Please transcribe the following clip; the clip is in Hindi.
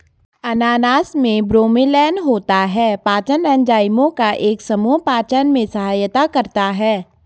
अनानास में ब्रोमेलैन होता है, पाचन एंजाइमों का एक समूह पाचन में सहायता करता है